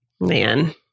man